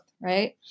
right